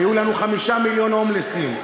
ויהיו לנו 5 מיליון הומלסים.